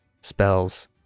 spells